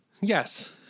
Yes